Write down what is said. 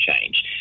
change